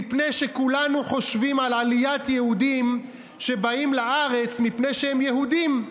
מפני שכולנו חושבים על עליית יהודים שבאים לארץ מפני שהם יהודים,